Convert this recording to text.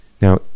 Now